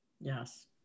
Yes